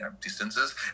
distances